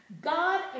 God